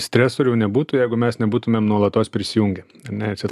stresorių nebūtų jeigu mes nebūtumėm nuolatos prisijungę ar ne čia